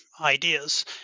ideas